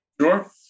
Sure